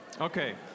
Okay